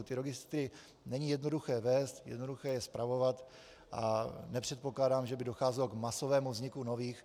Ty registry není jednoduché vést, jednoduché je spravovat a nepředpokládám, že by docházelo k masovému vzniku nových.